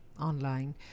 online